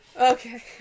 Okay